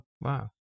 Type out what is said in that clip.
wow